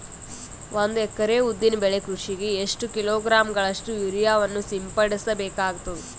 ಒಂದು ಎಕರೆ ಉದ್ದಿನ ಬೆಳೆ ಕೃಷಿಗೆ ಎಷ್ಟು ಕಿಲೋಗ್ರಾಂ ಗಳಷ್ಟು ಯೂರಿಯಾವನ್ನು ಸಿಂಪಡಸ ಬೇಕಾಗತದಾ?